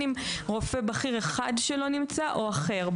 הוא לא נמצא ובין רופא בכיר אחד שלו נמצא או אחר.